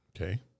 Okay